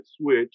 switch